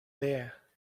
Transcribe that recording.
there